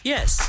Yes